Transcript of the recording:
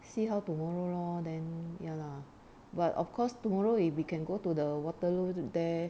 see how tomorrow lor then ya lah but of course tomorrow if we can go to the waterloo to there